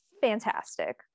fantastic